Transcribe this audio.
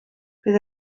bydd